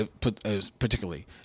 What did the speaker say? particularly